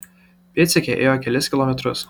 pėdsekė ėjo kelis kilometrus